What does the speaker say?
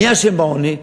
מי אשם בעוני?